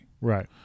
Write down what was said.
Right